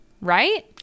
right